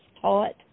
taught